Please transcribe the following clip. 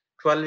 12